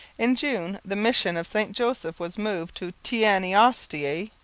in june the mission of st joseph was moved to teanaostaiae.